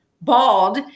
bald